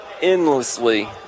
endlessly